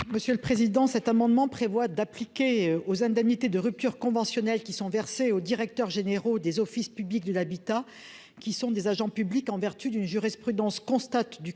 Monsieur le Président, cet amendement prévoit d'appliquer aux indemnités de rupture conventionnelle qui sont versés aux directeurs généraux des offices publics de l'habitat, qui sont des agents publics, en vertu d'une jurisprudence constate du